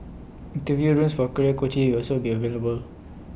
interview rooms for career coaching will also be available